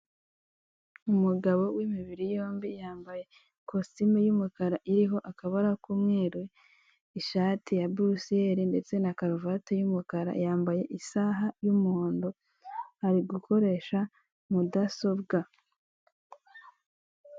Umugabo w'imibiri yombi yambaye ikositime y'umukara iriho akabara k'umweru, ishati ya bulusiyeri ndetse na karuvate y'umukara, yambaye isaha y'umuhondo ari gukoresha mudsobwa,